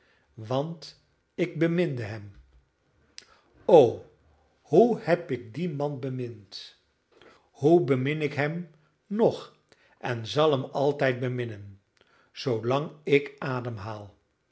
want ik beminde hem o hoe heb ik dien man bemind hoe bemin ik hem nog en zal hem altijd beminnen zoolang ik